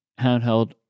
handheld